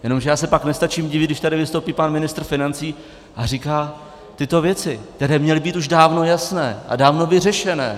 Jenomže já se pak nestačím divit, když tady vystoupí pan ministr financí a říká tyto věci, které měly být už dávno jasné a dávno vyřešené.